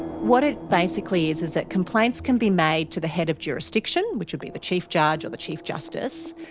what it basically is is that complaints can be made to the head of jurisdiction which would be the chief judge or the chief justice.